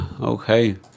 Okay